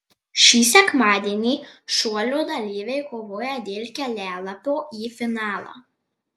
šį sekmadienį šuolio dalyviai kovoja dėl kelialapio į finalą